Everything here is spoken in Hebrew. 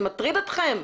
זה מטריד אתכם?